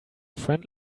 friend